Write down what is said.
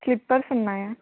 slippers ఉన్నాయా